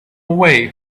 way